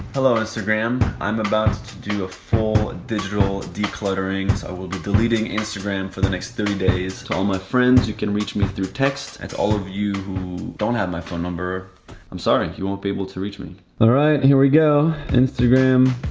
hello instagram i'm about to do a full digital decluttering, so i will be deleting instagram for the next thirty days to all my friends you can reach me through text and all of you who don't have my phone number i'm sorry, you won't be able to reach me. all right, here we go instagram